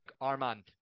Armand